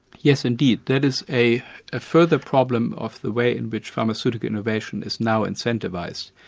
yes indeed, that is a ah further problem of the way in which pharmaceutical innovation is now incentivised.